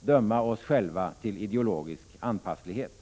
döma oss själva till ideologisk anpasslighet.